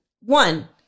one